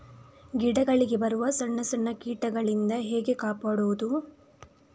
ಗಿಡಗಳಿಗೆ ಬರುವ ಸಣ್ಣ ಸಣ್ಣ ಕೀಟಗಳಿಂದ ಹೇಗೆ ಕಾಪಾಡುವುದು?